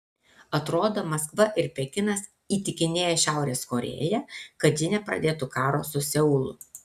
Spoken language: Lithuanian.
atrodo maskva ir pekinas įtikinėja šiaurės korėją kad ji nepradėtų karo su seulu